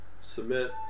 Submit